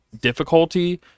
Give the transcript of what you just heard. difficulty